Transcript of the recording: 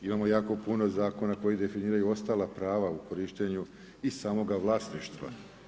Imamo jako puno zakona koji definiraju ostala prava u korištenju i samoga vlasništva.